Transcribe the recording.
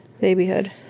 Babyhood